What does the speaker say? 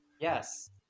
Yes